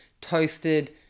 toasted